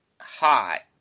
hot